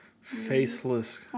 faceless